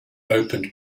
opened